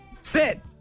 Sit